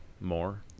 More